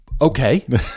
Okay